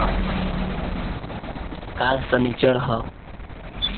काल्ह सनीचर ह